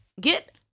Get